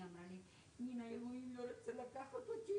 אני רוצה בשגרה.